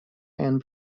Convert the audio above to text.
and